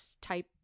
type